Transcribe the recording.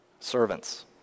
servants